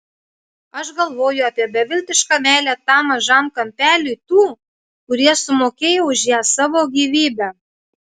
aš galvoju apie beviltišką meilę tam mažam kampeliui tų kurie sumokėjo už ją savo gyvybe